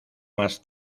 más